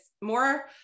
more